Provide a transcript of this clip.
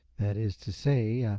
that is to say,